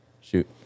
Shoot